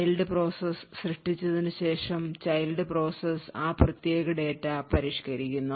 child process സൃഷ്ടിച്ചതിനുശേഷം child process ആ പ്രത്യേക ഡാറ്റ പരിഷ്ക്കരിക്കുന്നു